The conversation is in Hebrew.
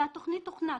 והתוכנית הוכנה.